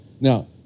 Now